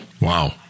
Wow